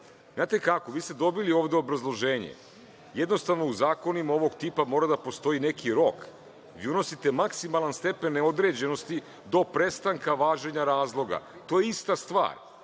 znate kako, vi ste dobili ovde obrazloženje. Jednostavno, u zakonima ovog tipa mora da postoji neki rok. Vi unosite maksimalan stepen neodređenosti - do prestanka važenja razloga. To je ista stvar.